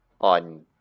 on